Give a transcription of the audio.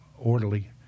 orderly